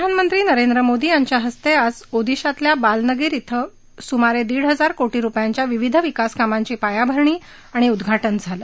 प्रधानमंत्री नरेंद्र मोदी यांच्या हस्ते आज ओदिशातल्या बलांगिर शें सुमारे दीड हजार कोटी रुपयांच्या विविध विकासकामांची पायाभरणी आणि उद्घाटन झालं